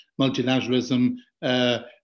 multilateralism